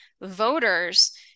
voters